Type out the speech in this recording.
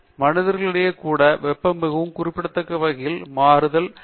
மனிதர்களிடையே கூட வெப்பம் மிகவும் குறிப்பிடத்தக்க வகையில் மாறுபடும் ஆனால் அதே வழிமுறையாக இருக்கலாம்